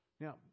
Now